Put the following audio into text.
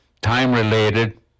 time-related